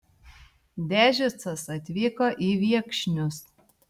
dežicas atvyko į viekšnius